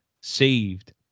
saved